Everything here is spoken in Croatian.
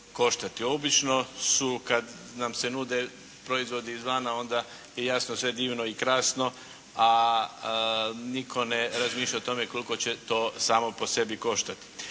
Obično su kad nam se nude proizvodi izvana onda je jasno sve divno i krasno, a nitko ne razmišlja o tome koliko će to samo po sebi koštati.